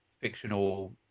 fictional